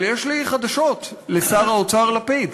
אבל יש לי חדשות לשר האוצר לפיד: